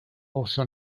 also